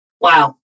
Wow